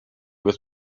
with